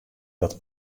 dat